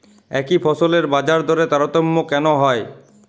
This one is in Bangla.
একই ফসলের বাজারদরে তারতম্য কেন হয়?